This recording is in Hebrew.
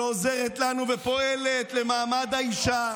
שעוזרת לנו ופועלת למעמד האישה,